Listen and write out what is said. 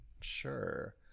Sure